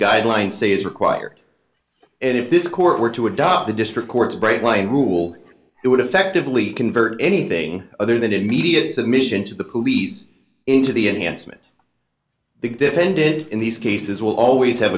guidelines say is required and if this court were to adopt the district court's bright line rule it would effect of lee convert anything other than immediate submission to the police into the enhancement the defendant in these cases will always have